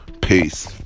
Peace